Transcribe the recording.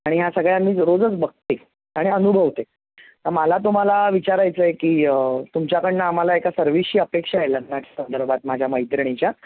आणि या सगळ्या मी रोजच बघते आणि अनुभवते आता मला तुम्हाला विचारायचं आहे की तुमच्याकडनं आम्हाला एका सर्विसची अपेक्षा आहे लग्नाच्या संदर्भात माझ्या मैत्रिणीच्या